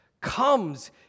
comes